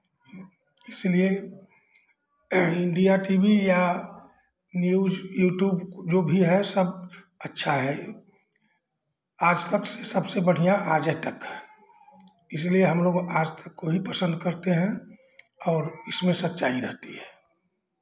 इसीलिए India T V या news YouTube जो भी है सब अच्छा है आजतक से सबसे बढ़ियाँ आजेतक है इसीलिए हम लोग आजतक को ही पसंद करते हैं और इसमें सच्चाई रहती है